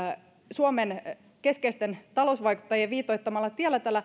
suomen keskeisten talousvaikuttajien viitoittamalla tiellä